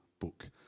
book